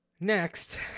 Next